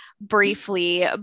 briefly